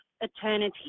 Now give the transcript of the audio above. eternity